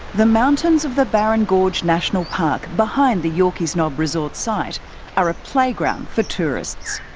the mountains of the barron gorge national park behind the yorkeys knob resort site are a playground for tourists.